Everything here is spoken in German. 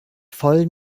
vollen